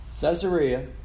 Caesarea